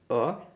or